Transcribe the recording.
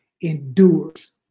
endures